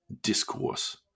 discourse